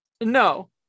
No